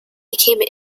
became